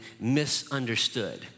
misunderstood